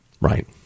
Right